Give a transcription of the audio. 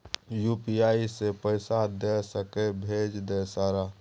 UPI से पैसा दे सके भेज दे सारा?